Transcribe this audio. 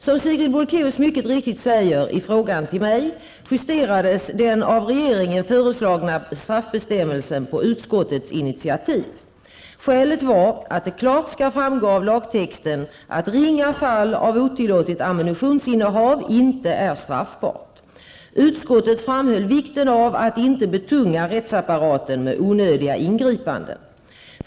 Som Sigrid Bolkéus mycket riktigt säger i frågan till mig, justerades den av regeringen föreslagna straffbestämmelsen på utskottets initiativ. Skälet var att det klart skall framgå av lagtexten att ringa fall av otillåtet ammunitionsinnehav inte är straffbart. Utskottet framhöll vikten av att inte betunga rättsapparaten med onödiga ingripanden.